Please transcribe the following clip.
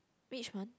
which month